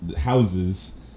houses